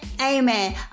Amen